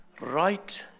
Right